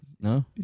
no